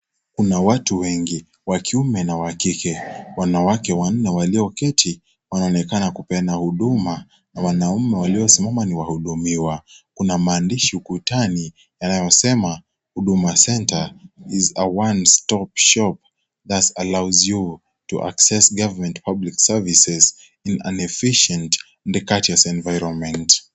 Kuna watu wengi wa kiume na wa kike , wanawake wanne walioketi wanaonekana kupeana huduma na wanaume waliosimama wanahudumiwa. Kuna maandishi ukutani yanayosema huduma center(CS) is a one stop shop that allows you to access government public services in efficient and cautious environment(CS).